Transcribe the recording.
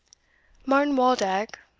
martin waldeck,